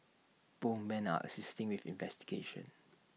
both men are assisting with investigations